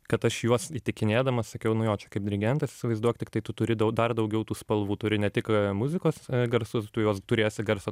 kad aš juos įtikinėdamas sakiau nu jo čia kaip dirigentas įsivaizduok tiktai tu turi dau dar daugiau tų spalvų turi ne tik muzikos garsus tu juos turėsi garsą